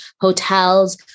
hotels